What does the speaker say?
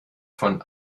von